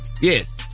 Yes